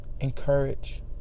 encourage